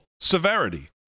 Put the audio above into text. severity